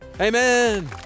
Amen